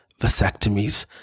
vasectomies